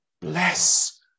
bless